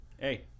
Hey